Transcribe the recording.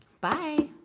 bye